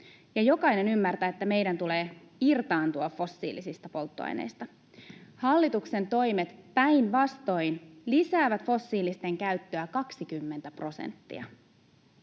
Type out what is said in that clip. jokainen ymmärtää, että meidän tulee irtaantua fossiilisista polttoaineista. Hallituksen toimet päinvastoin lisäävät fossiilisten käyttöä 20 prosenttia.